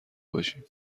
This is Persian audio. باشیم